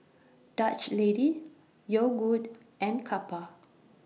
Dutch Lady Yogood and Kappa